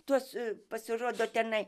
tuos pasirodo tenai